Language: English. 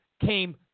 came